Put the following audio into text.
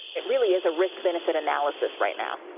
it really is a risk benefit analysis right now?